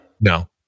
No